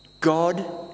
God